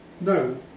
No